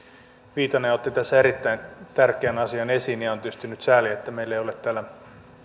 viitanen otti tässä erittäin tärkeän asian esiin ja on tietysti nyt sääli että meillä ei ole täällä